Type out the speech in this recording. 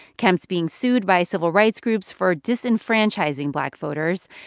kemp's being sued by civil rights groups for disenfranchising black voters,